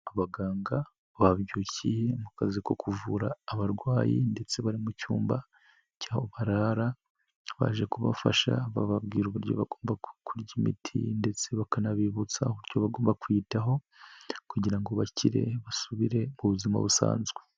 Abaganga babyukiye mu kazi ko kuvura abarwayi ndetse bari mu cyumba cyaho barara, baje kubafasha bababwira uburyo bagomba kurya imiti ndetse bakanabibutsa uburyo bagomba kwiyitaho kugira ngo bakire basubire mu buzima busanzwe.